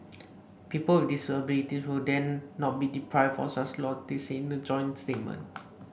people with disabilities will then not be deprived of such lots they said in a joint statement